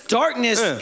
darkness